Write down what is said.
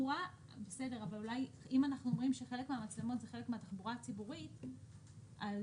אם אנחנו אומרים שחלק מהמצלמות זה חלק מהתחבורה הציבורית או